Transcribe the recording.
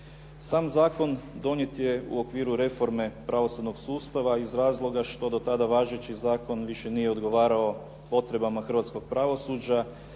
Sam zakon donijet u okviru reforme pravosudnog sustava iz razloga što do tada važeći zakon više nije odgovarao potrebama hrvatskog pravosuđa